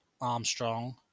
Armstrong